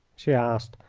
she asked,